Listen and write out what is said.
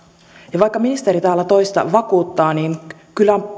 ja vaikka ministeri täällä toista vakuuttaa kyllä